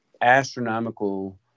astronomical